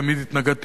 תמיד התנגדתי,